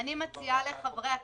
אני מציעה לחברי הכנסת,